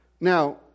Now